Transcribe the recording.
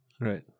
right